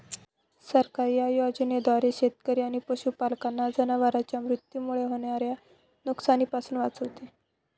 सरकार या योजनेद्वारे शेतकरी आणि पशुपालकांना जनावरांच्या मृत्यूमुळे होणाऱ्या नुकसानीपासून वाचवते